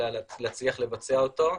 אלא להצליח לבצע אותה,